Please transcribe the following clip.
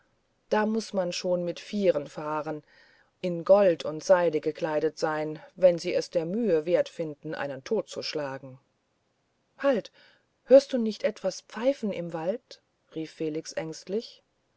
da muß man schon mit vieren fahren in gold und seide gekleidet sein wenn sie es der mühe wert finden einen totzuschlagen halt hörst du nicht etwas pfeifen im wald rief felix ängstlich